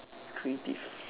creative